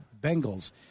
Bengals –